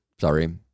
sorry